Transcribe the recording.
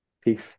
peace